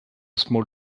small